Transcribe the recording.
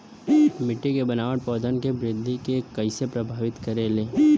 मिट्टी के बनावट पौधन के वृद्धि के कइसे प्रभावित करे ले?